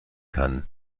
kann